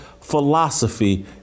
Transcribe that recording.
philosophy